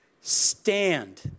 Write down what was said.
stand